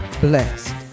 blessed